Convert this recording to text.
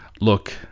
look